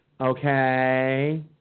Okay